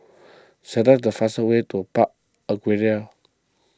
select the fast way to Park Aquaria